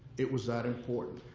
it was that important.